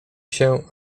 się